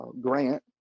grant